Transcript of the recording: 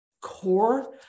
core